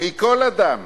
מכל אדם